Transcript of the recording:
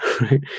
Right